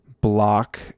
block